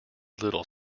little